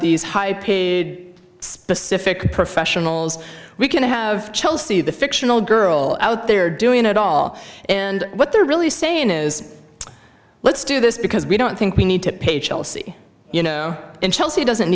these high paid specific professionals we can have chelsea the fictional girl out there doing it all and what they're really saying is let's do this because we don't think we need to pay chelsea you know and chelsea doesn't